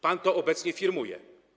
Pan to obecnie firmuje.